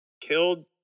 killed